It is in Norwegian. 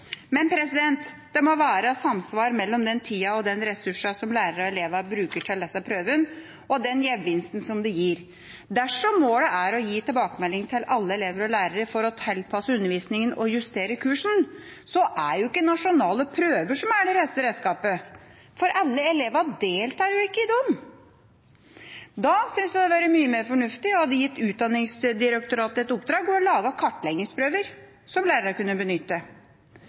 Men det må være samsvar mellom den tida og de ressursene som lærere og elever bruker til disse prøvene, og den gevinsten som det gir. Dersom målet er å gi tilbakemelding til alle elever og lærere for å tilpasse undervisninga og justere kursen, er det ikke nasjonale prøver som er det rette redskapet, for alle elever deltar jo ikke i dem. Da synes jeg det hadde vært mye mer fornuftig om en hadde gitt Utdanningsdirektoratet i oppdrag å lage kartleggingsprøver som lærerne kunne benytte.